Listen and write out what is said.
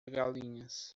galinhas